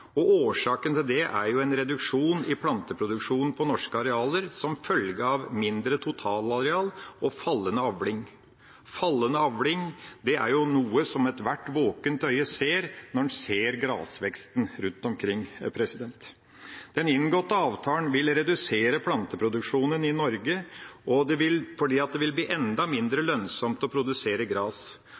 Årsaken til det er en reduksjon i planteproduksjonen på norske arealer som følge av mindre totalareal og fallende avling. Fallende avling er noe som ethvert våkent øye ser når en ser grasveksten rundt omkring. Den inngåtte avtalen vil redusere planteproduksjonen i Norge fordi det vil bli enda mindre lønnsomt å produsere gras.